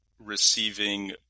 receiving